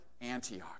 Antioch